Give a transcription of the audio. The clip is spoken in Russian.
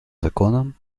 законом